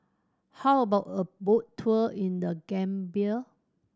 how about a boat tour in The Gambia